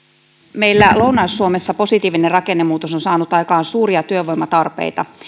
meillä lounais suomessa positiivinen rakennemuutos on saanut aikaan suuria työvoimatarpeita